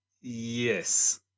Yes